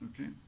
Okay